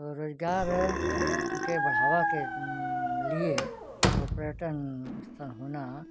वो रोजगार के बढ़ावा के लिए तो पर्यटन स्थल होना